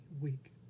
week